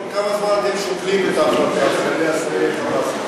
כל כמה זמן אתם שוקלים את ההחלטה לגבי אסירי "חמאס" לדוגמה?